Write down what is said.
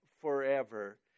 forever